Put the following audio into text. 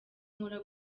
nkora